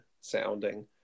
sounding